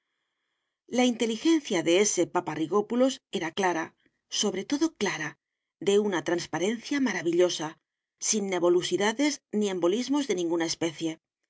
la inteligencia de s paparrigópulos era clara sobre todo clara de una transparencia maravillosa sin nebulosidades ni embolismos de ninguna especie